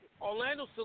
Orlando